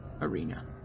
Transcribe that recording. Arena